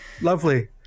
lovely